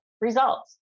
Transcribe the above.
results